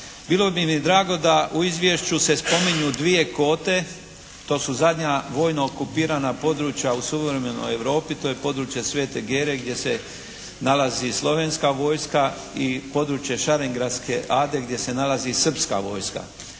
Bilo bi mi drago da u izvješću se spominju dvije kote. To su zadnja vojno okupirana područja u suvremenoj Europi. To je područje Svete Gere gdje se nalazi slovenska vojska i područje Šaringradske ade gdje se nalazi srpska vojska.